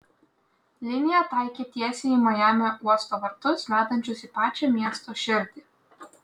linija taikė tiesiai į majamio uosto vartus vedančius į pačią miesto širdį